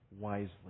wisely